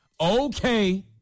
Okay